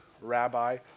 Rabbi